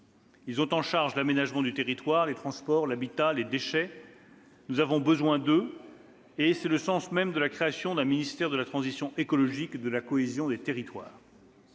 Ils ont en charge l'aménagement du territoire, les transports, l'habitat et les déchets. Nous avons besoin d'eux, et c'est le sens même de la création d'un ministère de la transition écologique et de la cohésion des territoires.